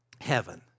heaven